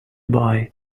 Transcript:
buy